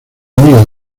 amigo